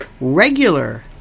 regular